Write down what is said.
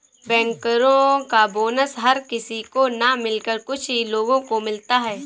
बैंकरो का बोनस हर किसी को न मिलकर कुछ ही लोगो को मिलता है